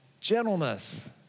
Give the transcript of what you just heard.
gentleness